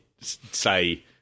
say